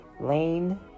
lane